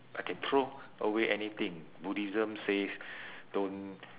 I can throw away anything buddhism says don't